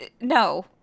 no